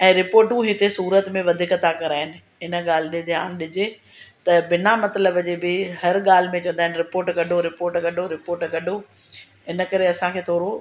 ऐं रिपोटूं हिते सूरत में वधीक था कराइनि इन ॻाल्हि ते ध्यानु ॾिजे त बिना मतिलबु जे हर ॻाल्हि में चवंदा आहिनि रिपोट कढो रिपोट कढो रिपोट कढो इन करे असांखे थोरो